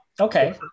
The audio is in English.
Okay